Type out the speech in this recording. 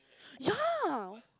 yeah